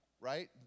right